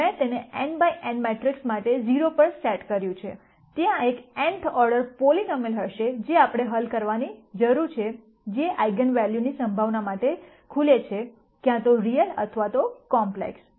મેં તેને n by n matrix માટે 0 પર સેટ કર્યું છે ત્યાં એક nth ઓર્ડર પોલીનોમીઅલ હશે જે આપણે હલ કરવાની જરૂર છે જે આઇગન વૅલ્યુઝની સંભાવના માટે ખુલે છે ક્યાં તો રીયલ અથવા કોમ્પ્લેક્સ